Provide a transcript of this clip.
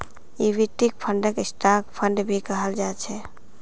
equity फंडक stock fund भी कहाल जा छे